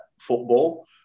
football